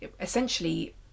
essentially